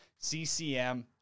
CCM